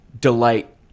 delight